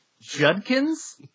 Judkins